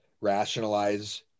rationalize